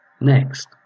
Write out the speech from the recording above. Next